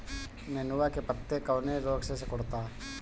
नेनुआ के पत्ते कौने रोग से सिकुड़ता?